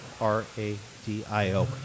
R-A-D-I-O